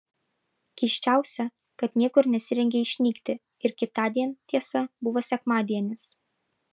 keisčiausia kad niekur nesirengė išnykti ir kitądien tiesa buvo sekmadienis